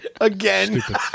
again